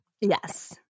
Yes